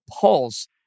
Pulse